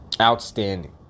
Outstanding